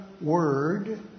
word